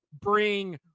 bring